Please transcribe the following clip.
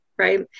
Right